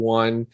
one